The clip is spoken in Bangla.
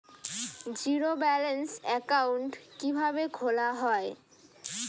জিরো ব্যালেন্স একাউন্ট কিভাবে খোলা হয়?